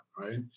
Right